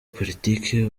politiki